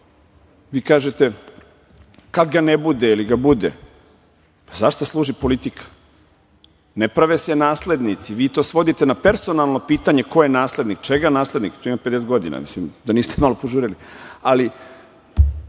kažete kad ga ne bude ili ga bude. Pa, zašta služi politika? Ne prave se naslednici. Vi to svodite na personalno pitanje ko je naslednik. Čega naslednik? Čovek ima 50 godina, da niste malo požurili? Ali,